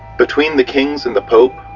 between the kings and the pope,